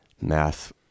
math